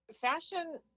fashion